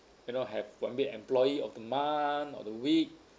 you know have one big employee of the month or the week